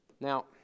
Now